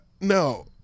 no